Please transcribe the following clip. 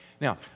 Now